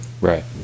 Right